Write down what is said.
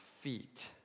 feet